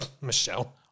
Michelle